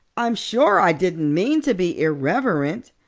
i'm sure i didn't mean to be irreverent.